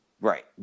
Right